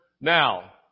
now